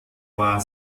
war